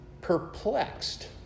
Perplexed